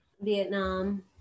vietnam